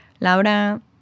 Laura